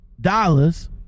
dollars